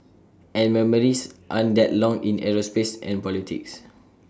and memories aren't that long in aerospace and politics